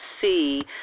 see